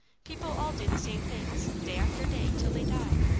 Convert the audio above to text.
people all do the same things, day after day, till they die.